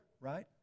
right